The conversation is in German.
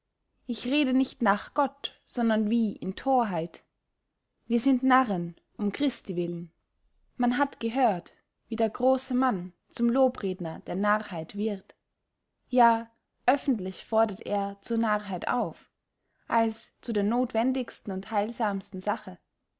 ich rede nicht nach gott sondern wie in thorheit wir sind narren um christi willen man hat gehört wie der grosse mann zum lobredner der narrheit wird ja öffentlich fordert er zur narrheit auf als zu der nothwendigsten und heilsamsten sache